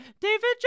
David